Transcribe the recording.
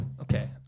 Okay